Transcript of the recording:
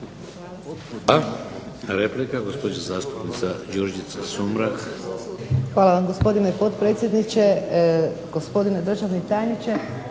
Hvala vam gospodine potpredsjedniče, gospodine državni tajniče